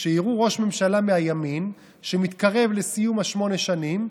כשיראו ראש ממשלה מהימין שמתקרב לסיום שמונה השנים,